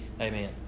Amen